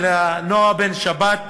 אלא נועה בן-שבת,